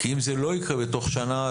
אם זה לא יקרה בתוך שנה,